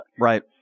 Right